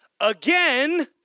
again